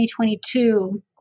2022